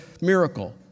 miracle